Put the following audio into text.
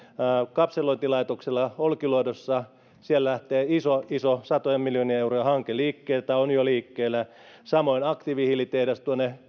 kapselointilaitoksella olkiluodossa siellä lähtee iso iso satojen miljoonien eurojen hanke liikkeelle tai on jo liikkeellä samoin aktiivihiilitehdas